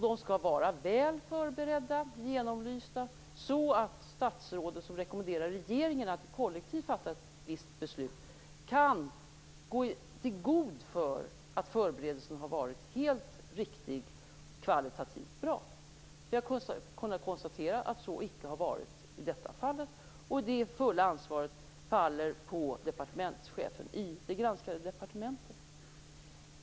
De skall vara väl förberedda och genomlysta så att statsrådet, som rekommenderar regeringen att kollektivt fatta ett visst beslut, kan gå i god för att förberedelserna har varit helt riktiga och kvalitativt bra. Vi har kunnat konstatera att så icke har varit fallet här, och det fulla ansvaret faller på departementschefen i det granskade departementet.